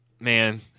man